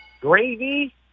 gravy